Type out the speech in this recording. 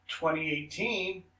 2018